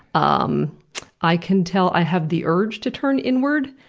um i can tell i have the urge to turn inward,